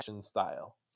style